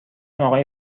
آقای